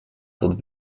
tot